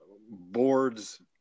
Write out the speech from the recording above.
boards